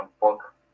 book